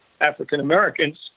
African-Americans